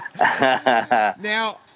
Now